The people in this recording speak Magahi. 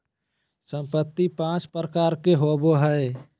संपत्ति पांच प्रकार के होबो हइ